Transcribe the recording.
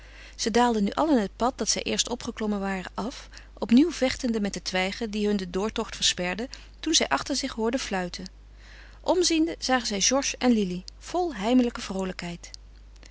ze daalden nu allen het pad dat zij eerst opgeklommen waren af opnieuw vechtende met de twijgen die hun den doortocht versperden toen zij achter zich hoorden fluiten omziende zagen zij georges en lili vol heimelijke vroolijkheid